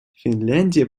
финляндия